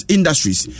Industries